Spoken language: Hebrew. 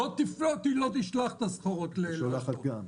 לא תפלוט ולא תשלח את הסחורות לאשדוד.